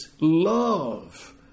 love